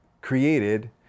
created